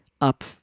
up